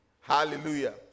Hallelujah